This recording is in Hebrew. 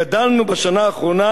גדלנו בשנה האחרונה